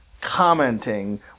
commenting